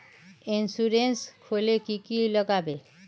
Insurance खोले की की लगाबे?